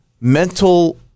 Mental